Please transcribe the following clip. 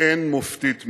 אין מופתית ממנה.